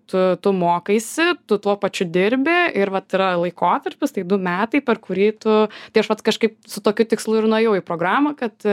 tu tu mokaisi tu tuo pačiu dirbi ir vat yra laikotarpis tai du metai per kurį tu tai aš vat kažkaip su tokiu tikslu ir nuėjau į programą kad